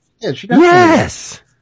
yes